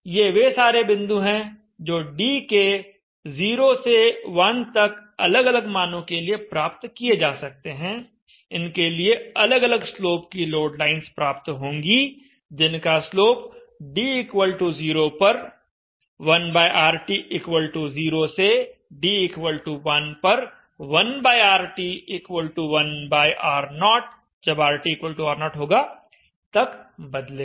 ये वे सारे बिंदु हैं जो d के 0 से 1 तक अलग अलग मानों के लिए प्राप्त किए जा सकते हैं इनके लिए अलग अलग स्लोप की लोड लाइंस प्राप्त होंगी जिनका स्लोप d0 पर 1RT0 से d1 पर 1RT1R0 जब RTR0 होगा तक बदलेगा